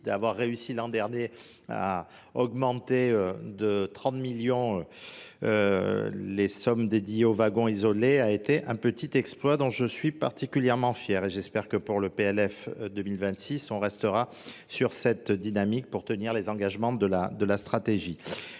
d'avoir réussi l'an dernier à augmenter de 30 millions les sommes dédiées aux wagons isolés a été un petit exploit dont je suis particulièrement fier et j'espère que pour le PLF 2026 on restera sur cette dynamique pour tenir les engagements de la stratégie.